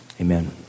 amen